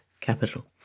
capital